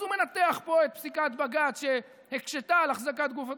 אז הוא מנתח פה את פסיקת בג"ץ שהקשתה על החזקת גופות